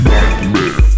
Nightmare